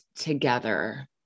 together